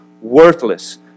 worthless